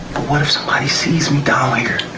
what if somebody sees me down here?